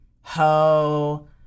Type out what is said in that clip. ho